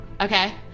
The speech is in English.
Okay